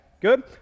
Good